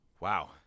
Wow